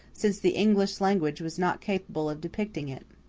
since the english language was not capable of depicting it.